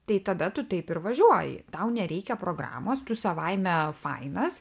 tai tada tu taip ir važiuoji tau nereikia programos tu savaime fainas